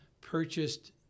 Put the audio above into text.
purchased